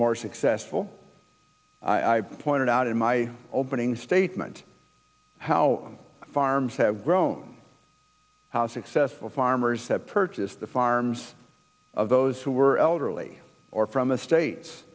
more successful i pointed out in my opening statement how farms have grown how successful farmers have purchased the farms of those who were elderly or from the states